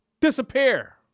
disappear